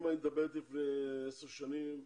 אם היית מדברת לפני 10 שנים,